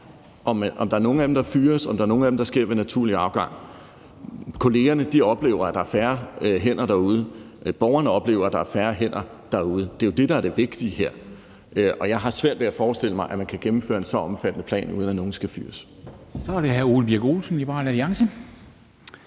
om der er nogle af dem, der fyres, eller om det for nogles vedkommende sker ved naturlig afgang – så oplever kollegaerne, at der er færre hænder derude, og borgerne oplever, at der er færre hænder derude. Det er jo det, der er det vigtige her. Og jeg har svært ved at forestille mig, at man kan gennemføre en så omfattende plan, uden at nogen skal fyres.